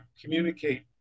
communicate